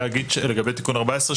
להגיד לגבי תיקון 14,